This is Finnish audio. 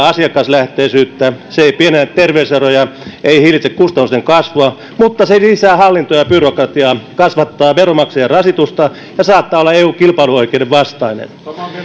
asiakaslähtöisyyttä se ei pienennä terveyseroja ei hillitse kustannusten kasvua mutta se lisää hallintoa ja byrokratiaa kasvattaa veronmaksajien rasitusta ja saattaa olla eu kilpailuoikeuden vastainen